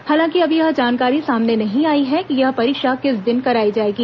हालांकि अभी यह जानकारी सामने नहीं आई है कि यह परीक्षा किस दिन कराई जाएगी